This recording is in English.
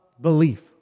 belief